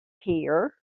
hear